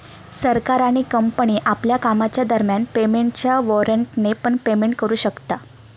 सरकार आणि कंपनी आपल्या कामाच्या दरम्यान पेमेंटच्या वॉरेंटने पण पेमेंट करू शकता